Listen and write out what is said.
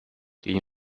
gegen